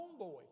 homeboy